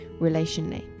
relationally